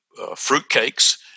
fruitcakes